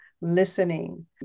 listening